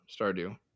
Stardew